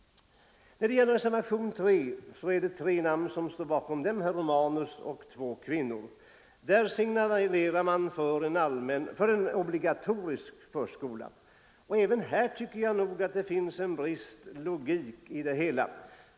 Bakom reservationen 3 står herr Romanus, fröken Andersson och fru Marklund. I den reservationen pläderar man för en obligatorisk förskola. Även här tycker jag att det brister i logiken.